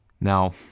Now